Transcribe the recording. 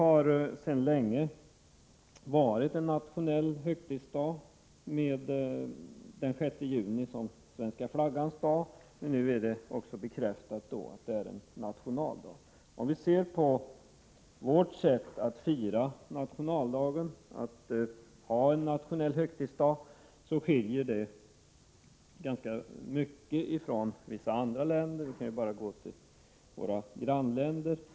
Den 6 juni som svenska flaggans dag har länge varit en nationell högtidsdag. Nu är det också bekräftat att det är en nationaldag. Vårt sätt att fira nationaldagen skiljer sig ganska mycket från det i vissa andra länder — vi behöver bara gå till våra grannländer.